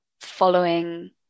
following